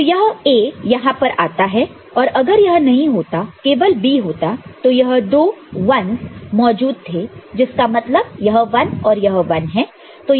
तो यह A यहां पर आता है और अगर यह नहीं होता केवल B होता तो यह दो 1's मौजूद थे जिसका मतलब यह 1 और यह 1 है